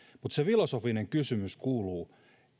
mutta se filosofinen kysymys kuuluu